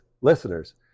listeners